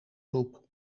groep